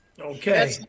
Okay